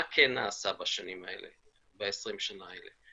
מה כן נעשה בשנים האלה, ב-20 השנה האלה?